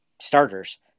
starters